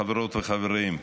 חברות וחברים,